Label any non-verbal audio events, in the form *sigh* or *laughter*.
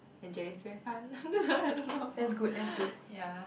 and is very fun *laughs* I don't know ya